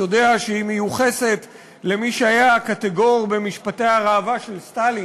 יודע שהיא מיוחסת למי שהיה הקטגור במשפטי הראווה של סטלין,